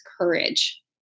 courage